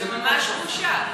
זה ממש בושה.